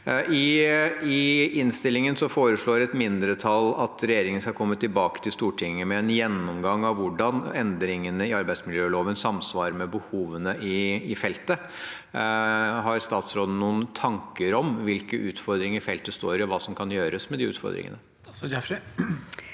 I innstillingen foreslår et mindretall at regjeringen skal komme tilbake til Stortinget med en gjennomgang av hvordan endringene i arbeidsmiljøloven samsvarer med behovene i feltet. Har statsråden noen tanker om hvilke utfordringer feltet står i, og hva som kan gjøres med de utfordringene? Statsråd